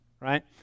right